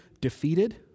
defeated